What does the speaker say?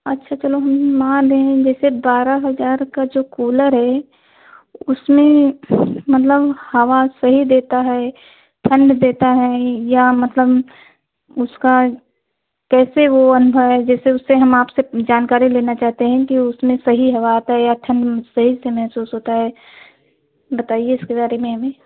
अच्छा चलो हम मान रहे हैं जैसे बारह हज़ार का जो कूलर है उसमें मतलब हवा सही देता है ठंड देता है या मतलब उसका कैसे वह हम है जैसे हम आपसे जानकारी लेना चाहते हैं कि उसमें सही हवा आती है या ठंड सही से महसूस होतइ है बताइए इसके बारे में हमें